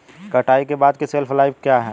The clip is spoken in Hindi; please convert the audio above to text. कटाई के बाद की शेल्फ लाइफ क्या है?